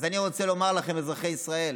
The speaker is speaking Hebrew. אז אני רוצה לומר לכם, אזרחי ישראל,